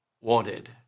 wanted